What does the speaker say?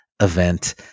event